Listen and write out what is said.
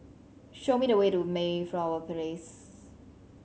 show me the way to Mayflower Place